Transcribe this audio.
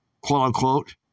quote-unquote